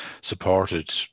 supported